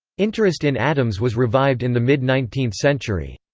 interest in adams was revived in the mid nineteenth century.